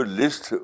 list